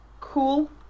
Cool